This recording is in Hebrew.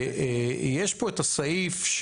יש פה את הסעיף,